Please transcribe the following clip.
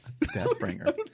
Deathbringer